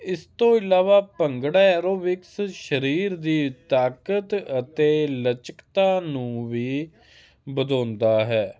ਇਸ ਤੋਂ ਇਲਾਵਾ ਭੰਗੜਾ ਐਰੋਬਿਕਸ ਸਰੀਰ ਦੀ ਤਾਕਤ ਅਤੇ ਲਚਕਤਾ ਨੂੰ ਵੀ ਵਧਾਉਂਦਾ ਹੈ